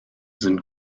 sind